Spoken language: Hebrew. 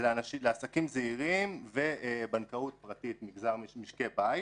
זה לעסקים זעירים ובנקאות פרטית, מגזר משקי בית